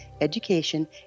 education